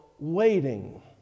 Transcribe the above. waiting